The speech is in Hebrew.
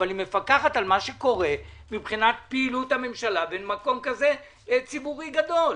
אבל היא מפקחת על מה שקורה מבחינת פעילות הממשלה במקום ציבורי כזה גדול.